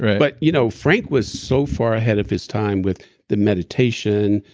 but you know frank was so far ahead of his time with the meditation,